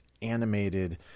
animated